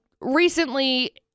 recently